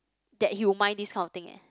that you might need not think it